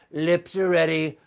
lips are ready.